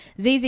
ZZ